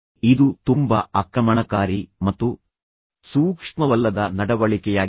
ಇದು ತುಂಬಾ ಆಕ್ರಮಣಕಾರಿ ಮತ್ತು ಸೂಕ್ಷ್ಮವಲ್ಲದ ನಡವಳಿಕೆಯಾಗಿದೆ